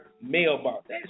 mailbox